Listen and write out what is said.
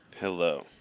Hello